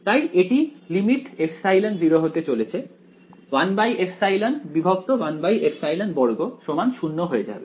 তাই এটি 1ε1ε2 0 হয়ে যাবে